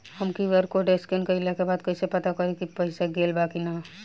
हम QR code scan कइला के बाद कइसे पता करि की पईसा गेल बा की न?